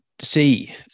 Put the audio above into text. see